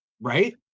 right